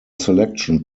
selection